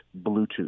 Bluetooth